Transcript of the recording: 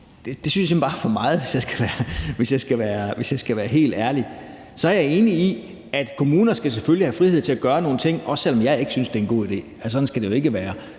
jeg simpelt hen bare er for meget, hvis jeg skal være helt ærlig. Så er jeg enig i, at kommunerne selvfølgelig skal have frihed til at gøre nogle ting, også selv om jeg ikke synes, at det er en god idé. Anderledes skal det jo ikke være.